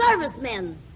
servicemen